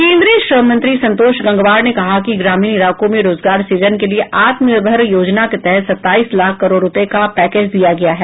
केन्द्रीय श्रम मंत्री संतोष गंगवार ने कहा है कि ग्रामीण इलाकों में रोजगार सुजन के लिए आत्मनिर्भर योजना के तहत सत्ताईस लाख करोड रूपये का पैकेज दिया गया है